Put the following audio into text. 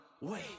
Wait